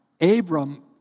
Abram